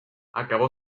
acabó